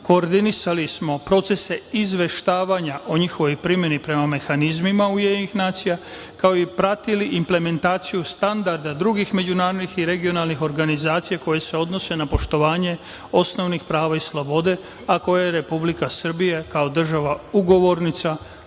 koordinisali smo procese izveštavanja o njihovoj primeni prema mehanizmima UN, kao i pratili implementaciju standarda drugih međunarodnih i regionalnih organizacija koje se odnose na poštovanje osnovnih prava i slobode, a koje je Republika Srbija, kao država ugovornica